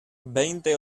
veinte